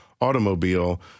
automobile